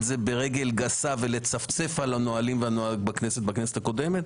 זה ברגל גסה ולצפצף על הנהלים והנוהג בכנסת הקודמת,